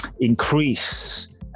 increase